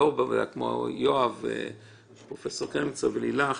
את פרופסור קרמניצר, ולילך.